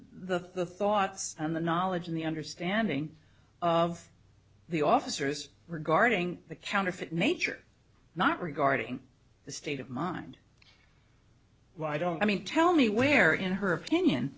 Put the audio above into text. was the fought and the knowledge and the understanding of the officers regarding the counterfeit nature not regarding the state of mind why don't i mean tell me where in her opinion